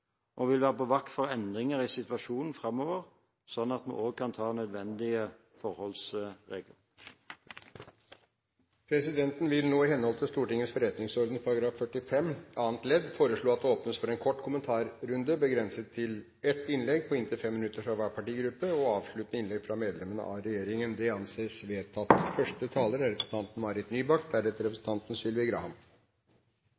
og vil være på vakt for endringer i situasjonen framover, slik at vi kan ta de nødvendige forholdsregler. Presidenten vil nå, i henhold til Stortingets forretningsordens § 45 annet ledd, foreslå at det åpnes for en kort kommentarrunde begrenset til ett innlegg på inntil 5 minutter fra hver partigruppe og avsluttende innlegg fra medlemmene av regjeringen. – Det anses vedtatt.